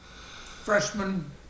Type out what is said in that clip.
freshman